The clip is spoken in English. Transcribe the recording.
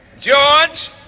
George